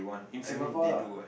in Singapore lah